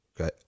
Okay